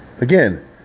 again